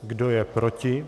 Kdo je proti?